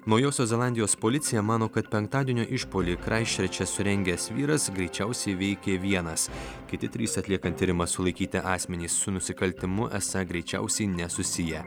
naujosios zelandijos policija mano kad penktadienio išpuolį kraisčerče surengęs vyras greičiausiai veikė vienas kiti trys atliekant tyrimą sulaikyti asmenys su nusikaltimu esą greičiausiai nesusiję